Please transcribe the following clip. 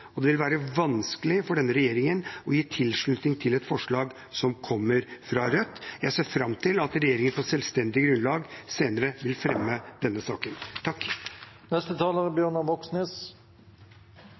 og det vil være vanskelig for denne regjeringen å gi tilslutning til et forslag som kommer fra Rødt. Jeg ser fram til at regjeringen på selvstendig grunnlag senere vil fremme denne saken.